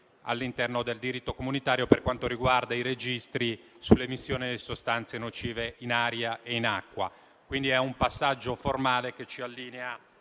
all'interno del diritto comunitario per quanto riguarda i registri sulle emissioni di sostanze nocive in aria e in acqua. Si tratta, quindi, di un passaggio formale che ci allinea